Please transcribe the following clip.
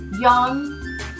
young